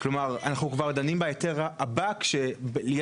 כלומר אנחנו כבר דנים בהיתר הבא כשיש